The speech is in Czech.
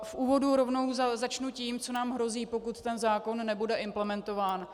V úvodu rovnou začnu tím, co nám hrozí, pokud ten zákon nebude implementován.